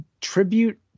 tribute –